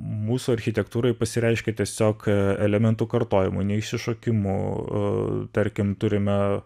mūsų architektūroj pasireiškia tiesiog elementų kartojimu neišsišokimu a tarkim turime